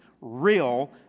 real